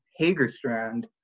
Hagerstrand